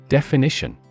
Definition